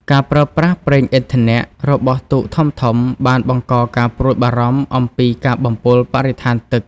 ការប្រើប្រាស់ ប្រេងឥន្ធនៈ របស់ទូកធំៗបានបង្កការព្រួយបារម្ភអំពីការបំពុលបរិស្ថានទឹក។